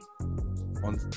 on